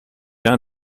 l’un